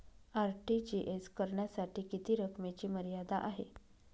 RTGS करण्यासाठी किती रकमेची मर्यादा आहे?